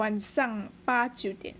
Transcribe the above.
晚上八九点